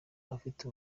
afite